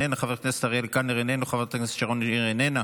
איננה,